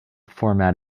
format